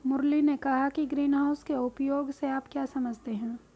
मुरली ने कहा कि ग्रीनहाउस के उपयोग से आप क्या समझते हैं?